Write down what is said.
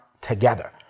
together